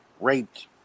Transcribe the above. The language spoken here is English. raped